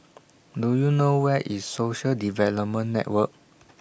Do YOU know Where IS Social Development Network